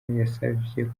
yasavye